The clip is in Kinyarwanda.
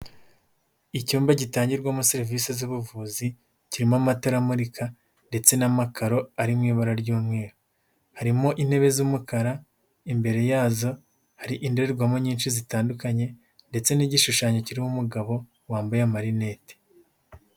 Icyumba gitangirwamo serivisi z'ubuvuzi, kirimo amatara amurika ndetse n'amakaro ari mu ibara ry'umweru, harimo intebe z'umukara, imbere yazo hari indorerwamo nyinshi zitandukanye ndetse n'igishushanyo kirimo umugabo wambaye amarinete.